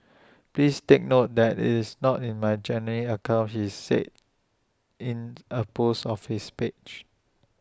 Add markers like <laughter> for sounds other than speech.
please take note that it's not in my genuine account he said in <noise> A post of his page